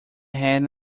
had